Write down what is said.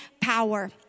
power